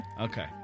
okay